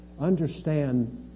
Understand